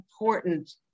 important